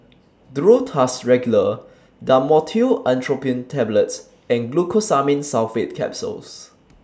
Duro Tuss Regular Dhamotil Atropine Tablets and Glucosamine Sulfate Capsules